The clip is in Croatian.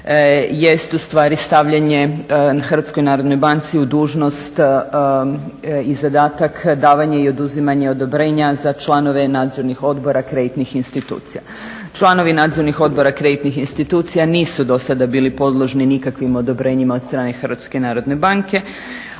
ustvari stavljanje HNB-i u dužnost i zadatak davanje i oduzimanje odobrenja za članove nadzornih odbora, kreditnih institucija. Članovi nadzornih odbora kreditnih institucija nisu do sad bili podložni nikakvim odobrenjima od strane HNB a kao